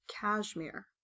cashmere